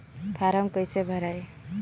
Form कईसे भराई?